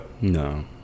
No